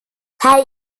hij